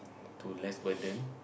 to less burden